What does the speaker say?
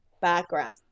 background